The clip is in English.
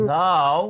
now